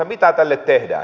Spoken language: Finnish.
mitä tälle tehdään